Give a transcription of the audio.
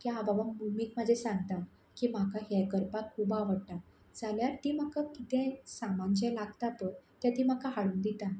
की हांव बाबा मम्मीक म्हजे सांगता की म्हाका हें करपाक खूब आवडटा जाल्यार ती म्हाका किदें सामान जें लागता पळय तें ती म्हाका हाडून दिता